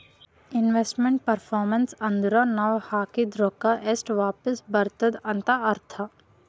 investment performance ಅಂದುರ್ ನಾವ್ ಹಾಕಿದ್ ರೊಕ್ಕಾ ಎಷ್ಟ ವಾಪಿಸ್ ಬರ್ತುದ್ ಅಂತ್ ಅರ್ಥಾ